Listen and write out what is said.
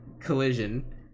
Collision